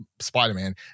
Spider-Man